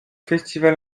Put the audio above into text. festival